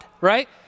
right